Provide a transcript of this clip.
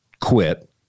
quit